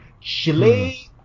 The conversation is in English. Chile